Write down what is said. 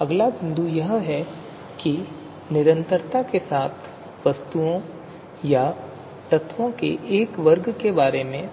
अगला बिंदु यह है कि निरंतरता के साथ वस्तुओं या तत्वों के एक वर्ग के बारे में